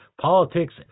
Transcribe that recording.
politics